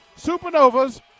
Supernovas